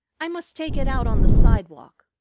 i must take it out on the sidewalk.